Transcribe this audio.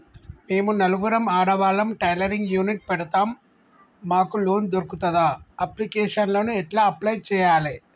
మేము నలుగురం ఆడవాళ్ళం టైలరింగ్ యూనిట్ పెడతం మాకు లోన్ దొర్కుతదా? అప్లికేషన్లను ఎట్ల అప్లయ్ చేయాలే?